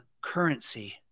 currency